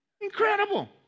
Incredible